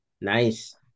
Nice